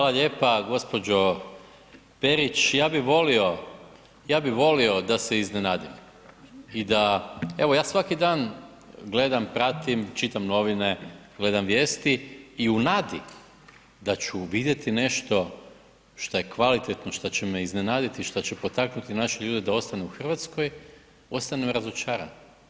Hvala lijepa gospođo Perić, ja bi volio, ja bi volio da se iznenadim i da, evo ja svaki dan gledam, pratim, čitam novine, gledam vijesti i u nadi da ću vidjeti nešto šta je kvalitetno šta će me iznenaditi, šta će potaknuti naše ljude da ostanu u Hrvatskoj ostanem razočaran.